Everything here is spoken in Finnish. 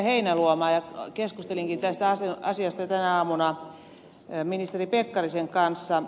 heinäluoma ja keskustelinkin tästä asiasta tänä aamuna ministeri pekkarisen kanssa